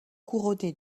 couronnés